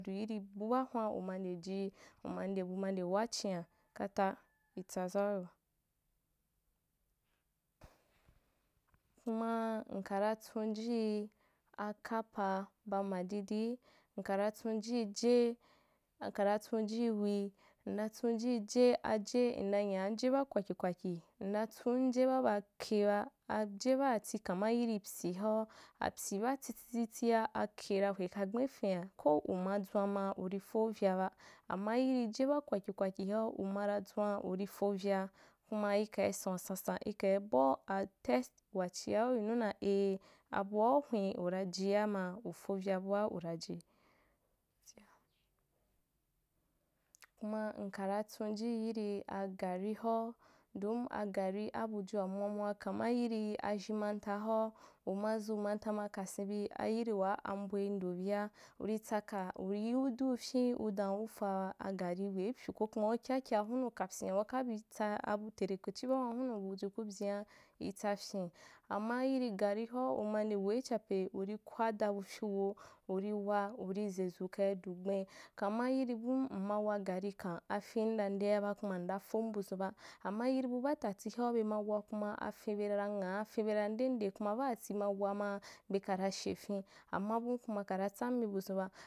Du yìrī bu baa hun’a uma ndeji uma nde bu ma nde wachin’a, kata ritsa zauyo, kumaa nkan tsunji akapa ba madidi, nkara tsunji je, nkara tsunji wi, n natsuji je aje n nanya je ba kwaki kwaki, natsunje baa ba kheba, aje baati kama yirì pyi hoa, apyi baa tititia akai ra hwe kag ben ifin’a, ko uma dzwan ma urî fovyaba, amma yirî je ba kwakikwakia umara dzwan urî fovya, kuma ikaî sanusansan, ikai bau alast wachia urî yinu dan eh abun hwen upa jia ma ufavya bua uraji, kuma nkara tsunji yirio agari hoa, don agari abujua mwa mwa kama yirî azhen manta hoa, umai zu mota ma kasenbi ayìrì waa ambo i nde bìa urí tsaka urî yiu diufyin uda ufaa agarî wei pyu ko kuma ukya kya hunu kapyin’a ukabi tsa abu terekeche baa hunu abuju kubyea hsafyi, amma yiri garī hoa uma nde wei chape urî kwada bufyu weu urî wa, urî zezu ukaidu gben kama yìrì bum m mawa garî kam apen nda ndea ba n na fom buzun bakuma nda fom buzun ba, amma yirì bu batati hoa bema wa kuma afenbe ra nghaa afenbe ra nde nde kuma baati ma wa maa bekara shefen amma bum kuma kara tsamibu zun ba.